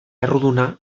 erruduna